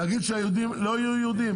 להגיד שהיהודים לא יהיו יהודים?